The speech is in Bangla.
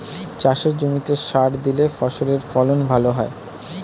চাষের জমিতে সার দিলে ফসলের ফলন ভালো হয়